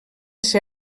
ser